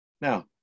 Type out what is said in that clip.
Now